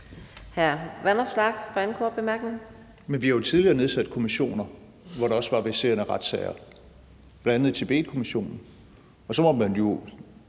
Men vi har jo tidligere nedsat kommissioner, hvor der også var verserende retssager, bl.a. i forbindelse med Tibetkommissionen. Og så må man jo